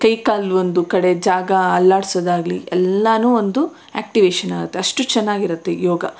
ಕೈ ಕಾಲು ಒಂದು ಕಡೆ ಜಾಗ ಅಲ್ಲಾಡಿಸೋದಾಗ್ಲಿ ಎಲ್ಲನೂ ಒಂದು ಆ್ಯಕ್ಟಿವೇಶನ್ ಆಗುತ್ತೆ ಅಷ್ಟು ಚೆನ್ನಾಗಿರುತ್ತೆ ಯೋಗ